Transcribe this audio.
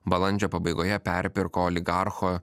balandžio pabaigoje perpirko oligarcho